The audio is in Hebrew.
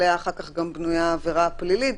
עליה אחר כך גם בנויה העבירה הפלילית,